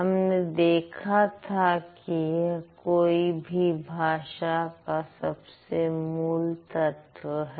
हमने देखा था कि यह कोई भी भाषा का सबसे मूल तत्व है